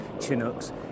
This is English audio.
Chinooks